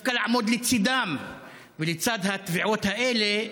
דווקא לעמוד לצידם ולצד התביעות האלה,